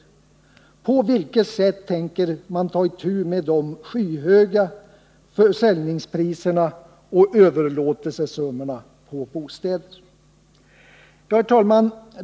På vilket sätt tänker man ta itu med de skyhöga försäljningspriserna och överlåtelsesummorna på bostäder? Herr talman!